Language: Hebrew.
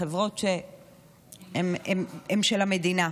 החברות שהן של המדינה.